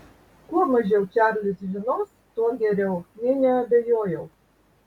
kuo mažiau čarlis žinos tuo geriau nė neabejojau